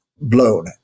blown